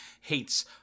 hates